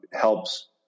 helps